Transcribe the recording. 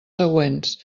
següents